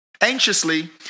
anxiously